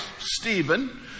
Stephen